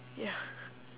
ya